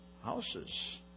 houses